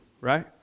right